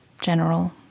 general